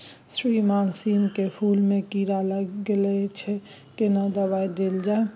श्रीमान सीम के फूल में कीरा लाईग गेल अछि केना दवाई देल जाय?